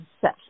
set